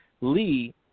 lee